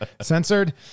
censored